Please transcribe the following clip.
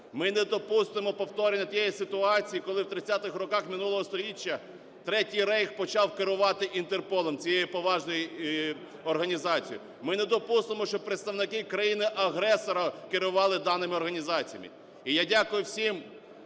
Ми не допустимо повторення тієї, коли в 30-х роках минулого сторіччя Третій рейх почав керувати Інтерполом, цією поважною організацією. Ми не допустимо, щоб представники країни-агресора керували даними організаціями. І я дякую всім